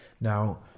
Now